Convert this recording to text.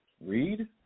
Read